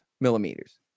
millimeters